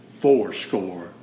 fourscore